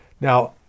Now